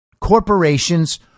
corporations